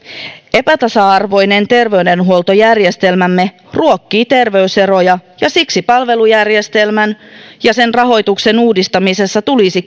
epätasa arvoinen terveydenhuoltojärjestelmämme ruokkii terveyseroja ja siksi palvelujärjestelmän ja sen rahoituksen uudistamisessa tulisi